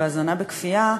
הזנה בכפייה,